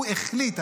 הוא החליט,